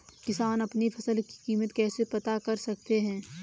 किसान अपनी फसल की कीमत कैसे पता कर सकते हैं?